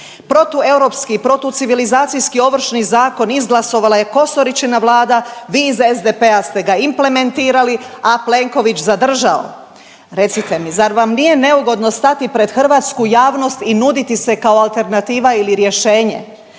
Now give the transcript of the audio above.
protueuropski, protucivilizacijski Ovršni zakon izglasovala je Kosoričina vlada, vi iz SDP-a ste ga implementirali, a Plenković zadržao. Recite mi zar vam nije neugodno stati pred hrvatsku javnost i nuditi se kao alternativa ili rješenje?